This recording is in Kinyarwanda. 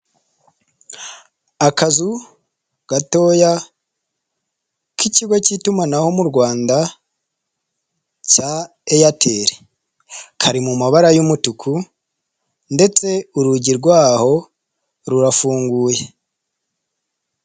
Akazu gatoya k'ikigo cy'itumanaho mu Rwanda cya Eyateli, kari mu mabara y'umutuku ndetse urugi rwaho rurafunguye.